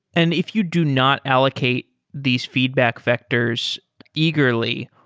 and if you do not allocate these feedback vectors eagerly,